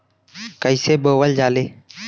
कईसे बोवल जाले?